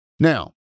Now